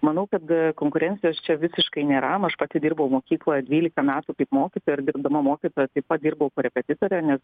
manau kad konkurencijos čia visiškai nėra aš pati dirbau mokykloje dvylika metų kaip mokytojair dirbdama mokytoja taip pat dirbau korepetitore nes